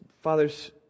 father's